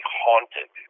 haunted